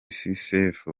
sefu